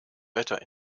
wetter